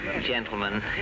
gentlemen